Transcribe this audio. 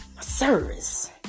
service